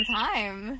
time